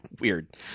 weird